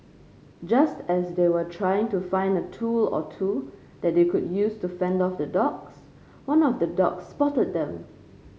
just as they were trying to find a tool or two that they could use to fend off the dogs one of the dogs spotted them